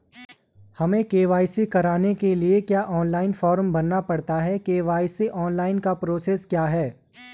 हमें के.वाई.सी कराने के लिए क्या ऑनलाइन फॉर्म भरना पड़ता है के.वाई.सी ऑनलाइन का प्रोसेस क्या है?